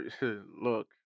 look